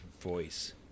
voice